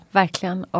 verkligen